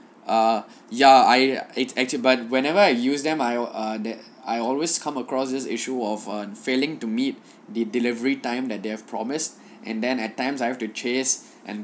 ah ya I act~ active but whenever I use them I err that I always come across this issue of uh failing to meet the delivery time that they have promise and then at times I have to chase and